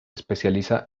especializa